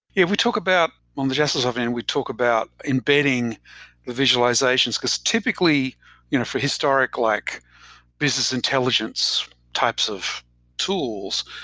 if we talk about on the jaspersoft end, we talk about embedding the visualizations, because typically you know for historic like business intelligence types of tools,